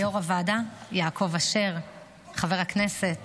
ליו"ר הוועדה חבר הכנסת